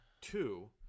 Two